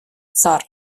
цар